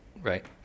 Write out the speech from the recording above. right